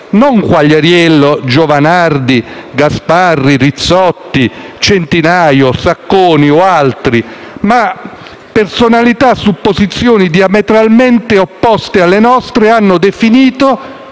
da Quagliariello, Giovanardi, Gasparri, Rizzotti, Centinaio, Sacconi o altri, ma da personalità su posizioni diametralmente opposte, la «via